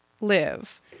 live